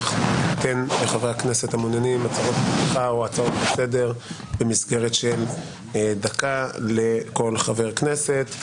ניתן לחברי הכנסת המעוניינים הצעות לסדר במסגרת של דקה לכל חבר כנסת.